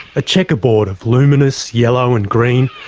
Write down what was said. a checkerboard of luminous yellow and green,